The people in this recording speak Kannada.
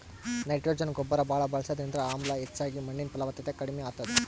ನೈಟ್ರೊಜನ್ ಗೊಬ್ಬರ್ ಭಾಳ್ ಬಳಸದ್ರಿಂದ ಆಮ್ಲ ಹೆಚ್ಚಾಗಿ ಮಣ್ಣಿನ್ ಫಲವತ್ತತೆ ಕಡಿಮ್ ಆತದ್